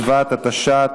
בשבט התשע"ט,